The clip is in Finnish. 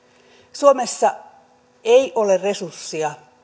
suomessa ei ole resursseja